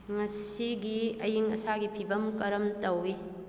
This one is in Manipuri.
ꯉꯁꯤꯒꯤ ꯑꯏꯪ ꯑꯁꯥꯒꯤ ꯐꯤꯕꯝ ꯀꯔꯝ ꯇꯧꯏ